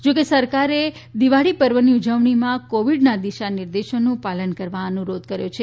જો કે સરકારે દિવાળી પર્વની ઉજવણીમાં કોવિડની દિશા નિર્દેશોનું પાલન કરવા અનુરોધ કર્યો છે